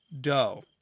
dough